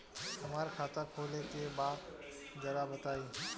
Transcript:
हमरा खाता खोले के बा जरा बताई